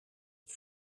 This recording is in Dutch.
het